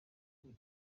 atari